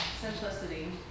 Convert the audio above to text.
Simplicity